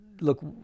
look